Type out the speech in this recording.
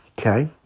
okay